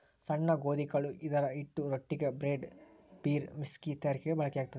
ಸಣ್ಣ ಗೋಧಿಕಾಳು ಇದರಹಿಟ್ಟು ರೊಟ್ಟಿಗೆ, ಬ್ರೆಡ್, ಬೀರ್, ವಿಸ್ಕಿ ತಯಾರಿಕೆಗೆ ಬಳಕೆಯಾಗ್ತದ